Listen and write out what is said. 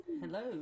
Hello